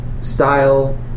style